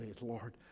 Lord